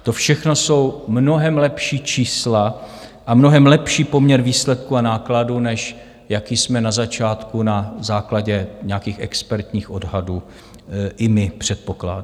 To všechno jsou mnohem lepší čísla a mnohem lepší poměr výsledků a nákladů, než jaký jsme na začátku na základě nějakých expertních odhadů i my předpokládali.